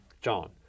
John